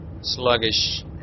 sluggish